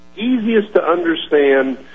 easiest-to-understand